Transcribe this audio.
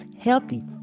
healthy